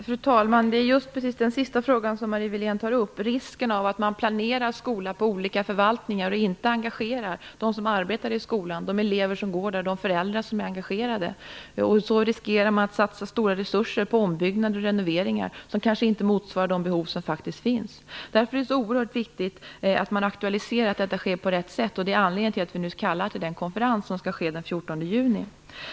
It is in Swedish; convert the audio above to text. Fru talman! Det är just det sista som Marie Wilén tar upp - att man planerar skolans verksamhet inom olika förvaltningar och inte engagerar de som arbetar i skolan, de elever som går där och de föräldrar som är engagerade - som gör att man riskerar att satsa stora resurser på ombyggnader och renoveringar som kanske inte motsvarar de behov som faktiskt finns. Därför är det oerhört viktigt att detta sker på rätt sätt, och det är anledningen till att vi nu kallar till den konferens som skall hållas den 14 juni.